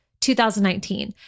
2019